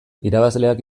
irabazleak